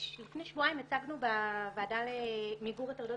לפני שבועיים הצגנו בוועדה למיגור הטרדות